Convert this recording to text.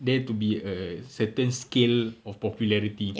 there to be a certain scale of popularity